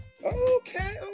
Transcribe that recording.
okay